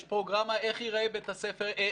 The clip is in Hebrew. יש כבר פרוגרמה איך ייראה בית החולים,